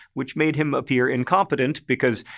which made him appear incompetent because,